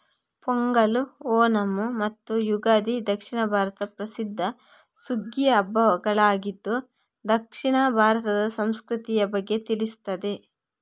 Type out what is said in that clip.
ಪೊಂಗಲ್, ಓಣಂ ಮತ್ತು ಯುಗಾದಿ ದಕ್ಷಿಣ ಭಾರತದ ಪ್ರಸಿದ್ಧ ಸುಗ್ಗಿಯ ಹಬ್ಬಗಳಾಗಿದ್ದು ದಕ್ಷಿಣ ಭಾರತದ ಸಂಸ್ಕೃತಿಯ ಬಗ್ಗೆ ತಿಳಿಸ್ತದೆ